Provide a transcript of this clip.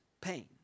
pain